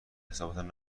حسابتان